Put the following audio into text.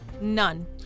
None